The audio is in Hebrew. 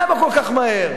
למה כל כך מהר?